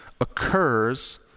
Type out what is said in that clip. occurs